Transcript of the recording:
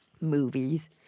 Movies